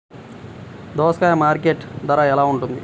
దోసకాయలు మార్కెట్ ధర ఎలా ఉంటుంది?